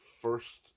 first